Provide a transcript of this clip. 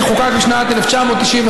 שחוקק בשנת 1995,